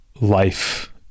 life